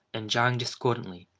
and jarring discordantly,